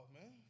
Man